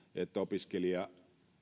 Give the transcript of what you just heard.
että opiskelija